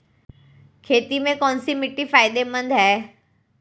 खेती में कौनसी मिट्टी फायदेमंद है?